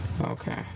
Okay